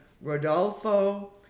Rodolfo